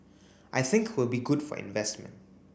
I think will be good for investment